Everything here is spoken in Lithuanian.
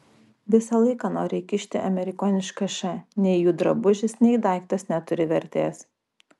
visą laiką nori įkišti amerikonišką š nei jų drabužis nei daiktas neturi vertės